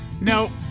no